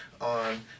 on